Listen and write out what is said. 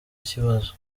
ikibazo